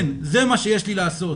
כן, זה מה שיש לי לעשות,